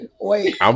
wait